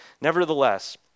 Nevertheless